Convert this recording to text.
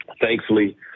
Thankfully